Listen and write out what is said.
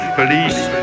police